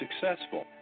successful